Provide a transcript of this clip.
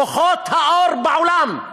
כוחות האור בעולם.